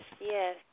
yes